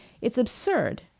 it's absurd!